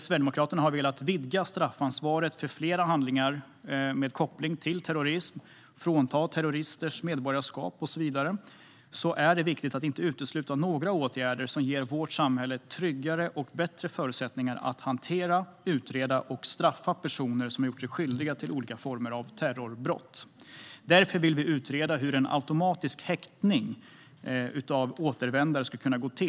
Sverigedemokraterna har velat vidga straffansvaret för fler handlingar med koppling till terrorism, frånta terrorister deras medborgarskap och så vidare. Utöver det är det viktigt att inte utesluta några åtgärder som ger vårt samhälle tryggare och bättre förutsättningar för att hantera, utreda och straffa personer som har gjort sig skyldiga till olika former av terrorbrott. Därför vill vi utreda hur en automatisk häktning av återvändare skulle kunna gå till.